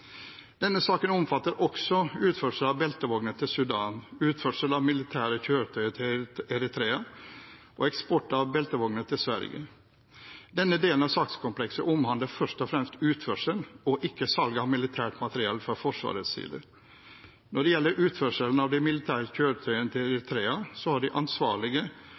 Denne saken omfatter også utførsel av beltevogner til Sudan, utførsel av militære kjøretøyer til Eritrea og eksport av beltevogner til Sverige. Denne delen av sakskomplekset omhandler først og fremst utførsel og ikke salg av militært materiell fra Forsvarets side. Når det gjelder utførselen av de militære kjøretøyene til Eritrea, har de ansvarlige